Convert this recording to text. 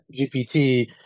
GPT